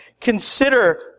consider